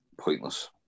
pointless